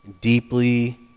deeply